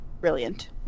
Brilliant